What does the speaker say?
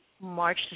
March